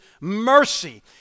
mercy